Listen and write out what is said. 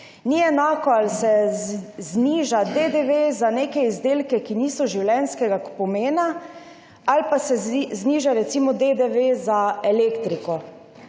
Ni enako, ali se zniža DDV za neke izdelke, ki niso življenjskega pomena, ali pa se zniža recimo DDV za elektriko.